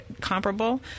comparable